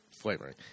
flavoring